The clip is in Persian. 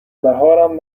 بهارم